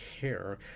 care